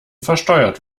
versteuert